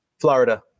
Florida